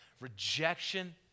rejection